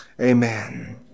Amen